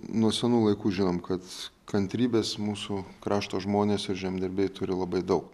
nuo senų laikų žinom kad kantrybės mūsų krašto žmonės ir žemdirbiai turi labai daug